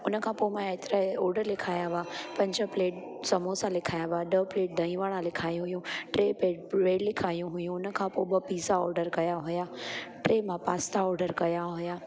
हुन खां पोइ मां एतिरा ऑडर लिखाया हुआ पंज प्लेट समोसा लिखाया हुआ ॾह प्लेट दही वड़ा लिखाई हुयूं टे प्लेट ब्रेड लिखाई हुयूं हुन खां पोइ ॿ पिज़ा ऑडर कया हुआ टे मां पास्ता ऑडर कया हुआ